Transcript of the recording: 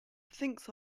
thinks